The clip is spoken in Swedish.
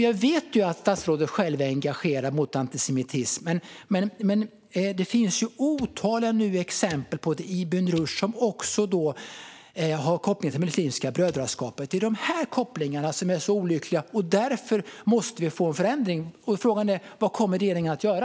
Jag vet att statsrådet själv är engagerad mot antisemitism. Men det finns nu otaliga exempel på att Ibn Rushd också har koppling till Muslimska brödraskapet. Sådana här kopplingar är olyckliga, och därför måste vi få en förändring. Frågan är: Vad kommer regeringen att göra?